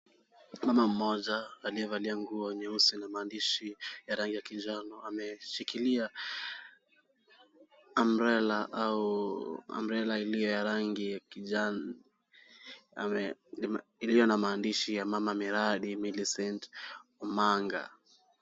Mama mmoja aliyevalia nguo nyeusi na maandishi ya rangi ya kijano ameshikilia Umbrella au Umbrella ya rangi ya kijano iliyo na maandishi mama miradi Milicent Omanga.